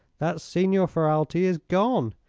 that signor ferralti is gone.